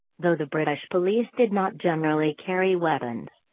though the british police did not generally carry weapons,